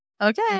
okay